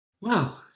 Wow